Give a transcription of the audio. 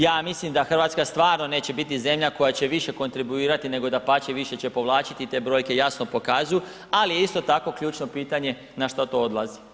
Ja mislim da RH stvarno neće biti zemlja koja će više kontribuirati, nego dapače više će povlačiti, te brojke jasno pokazuju, ali je isto tako ključno pitanje na što to odlazi.